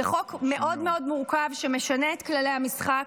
זה חוק מאוד מאוד מורכב, שמשנה את כללי המשחק.